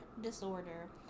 disorder